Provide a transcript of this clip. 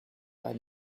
pas